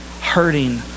hurting